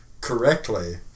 correctly